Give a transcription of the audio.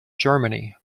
germany